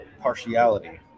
partiality